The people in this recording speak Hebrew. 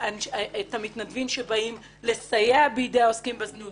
המתנדבים שבאים לסייע בידי העוסקים בזנות,